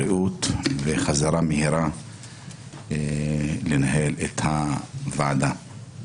בריאות וחזרה מהירה לנהל את הוועדה.